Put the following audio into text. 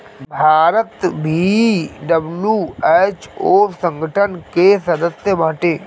भारत भी डब्ल्यू.एच.ओ संगठन के सदस्य बाटे